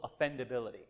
offendability